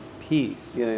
peace